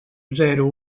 zero